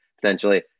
potentially